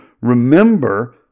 remember